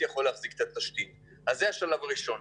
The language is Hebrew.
יכול להחזיק את התשתית זה השלב הראשון.